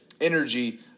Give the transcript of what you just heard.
energy